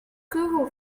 google